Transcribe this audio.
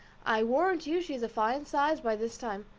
i warrant you she is a fine size by this time.